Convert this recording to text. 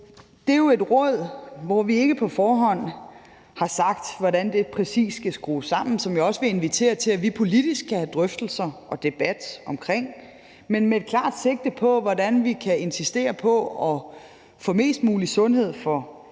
Det er jo et råd, hvor vi ikke på forhånd har sagt, hvordan det præcis skal skrues sammen, og som jeg også vil invitere til, at vi politisk kan have drøftelser og debat omkring, men med et klart sigte på, hvordan vi kan insistere på at få mest mulig sundhed for pengene,